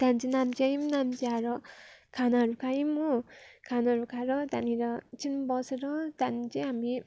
त्यहाँदेखि चाहिँ नाम्ची आयौँ नाम्ची आएर खानाहरू खायौँ हो खानाहरू खाएर त्यहाँनिर एकछिन बसेर त्यहाँदेखि चाहिँ हामी